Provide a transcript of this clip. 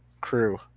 crew